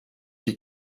die